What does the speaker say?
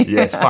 Yes